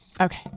Okay